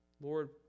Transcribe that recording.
Lord